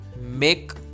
make